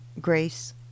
Grace